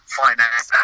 finance